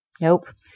Nope